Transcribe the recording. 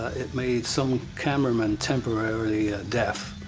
it made some cameraman temporarily deaf.